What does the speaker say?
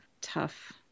tough